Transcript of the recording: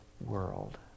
world